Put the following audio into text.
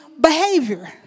behavior